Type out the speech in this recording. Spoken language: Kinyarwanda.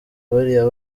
bariya